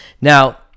Now